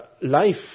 life